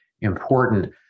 important